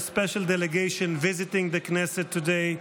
special delegation visiting the Knesset today.